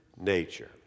nature